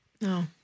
No